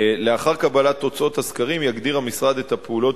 לאחר קבלת תוצאות הסקרים יגדיר המשרד את הפעולות